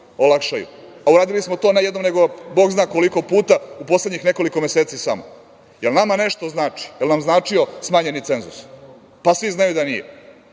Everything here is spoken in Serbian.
a uradili smo to ne jednom, nego, Bog zna koliko puta, u poslednjih nekoliko meseci samo. Da li je nama nešto značio smanjeni cenzus? Svi znaju da nije.